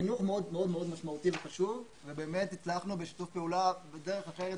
החינוך הוא מאוד משמעותי וחשוב ובאמת הצלחנו בשיתוף פעולה ובדרך אחרת,